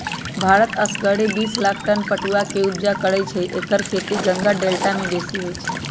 भारत असगरे बिस लाख टन पटुआ के ऊपजा करै छै एकर खेती गंगा डेल्टा में बेशी होइ छइ